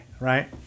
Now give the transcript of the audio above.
right